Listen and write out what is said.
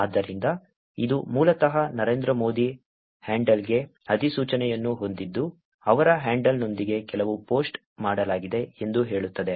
ಆದ್ದರಿಂದ ಇದು ಮೂಲತಃ ನರೇಂದ್ರ ಮೋದಿ ಹ್ಯಾಂಡಲ್ಗೆ ಅಧಿಸೂಚನೆಯನ್ನು ಹೊಂದಿದ್ದು ಅವರ ಹ್ಯಾಂಡಲ್ನೊಂದಿಗೆ ಕೆಲವು ಪೋಸ್ಟ್ ಮಾಡಲಾಗಿದೆ ಎಂದು ಹೇಳುತ್ತದೆ